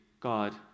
God